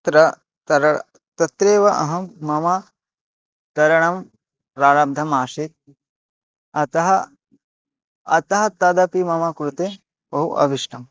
तत्र तर तत्रैव अहं मम तरणं प्रारब्धमासीत् अतः अतः तदपि मम कृते बहु आविष्टम्